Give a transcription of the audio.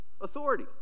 authority